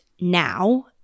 now